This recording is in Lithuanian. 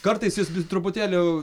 kartais jis bis truputėlį